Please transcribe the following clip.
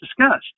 discussed